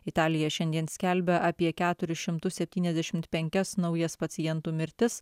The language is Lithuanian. italija šiandien skelbia apie keturis šimtus septyniasdešimt penkias naujas pacientų mirtis